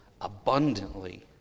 abundantly